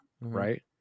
Right